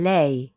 Lei